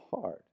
hard